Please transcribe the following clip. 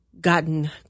gotten